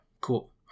cool